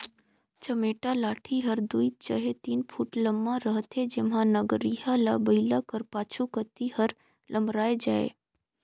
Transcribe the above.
चमेटा लाठी हर दुई चहे तीन फुट लम्मा रहथे जेम्हा नगरिहा ल बइला कर पाछू कती हर लमराए जाए